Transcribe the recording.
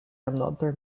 another